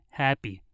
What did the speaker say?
happy